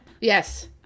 yes